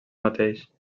mateix